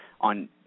on